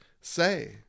say